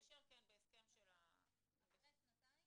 עד לספטמבר 2019